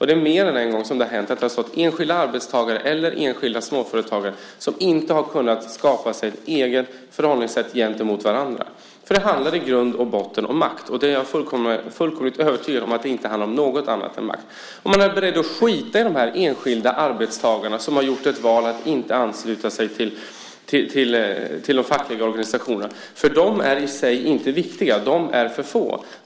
Det är mer än en gång som det har hänt att det har stått mellan enskilda arbetstagare eller enskilda småföretagare som inte har kunnat skapa sig ett eget förhållningssätt gentemot varandra. Det handlar i grund och botten om makt. Där är jag fullkomligt övertygad om att det inte handlar om något annat än makt. Man är beredd att skita i de enskilda arbetstagarna som har gjort ett val att inte ansluta sig till de fackliga organisationerna. De är i sig inte viktiga. De är för få.